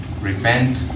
Repent